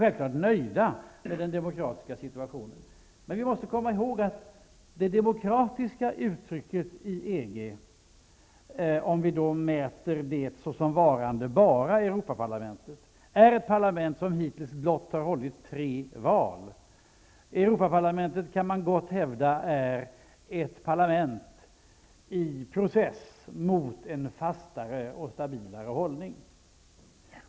Självfallet förhåller det sig så, men vi måste komma ihåg att det beträffande demokrati i EG -- om vi nu enbart håller oss till Europaparlamentet -- handlar om ett parlament som hittills blott har hållit tre val. Man kan gott hävda att Europaparlamentet är ett parlament i process mot en fastare och stabilare hållning.